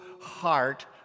heart